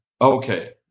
Okay